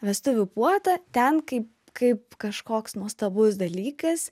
vestuvių puotą ten kai kaip kažkoks nuostabus dalykas